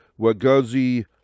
Wagazi